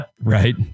Right